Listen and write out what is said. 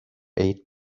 eight